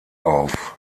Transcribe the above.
auf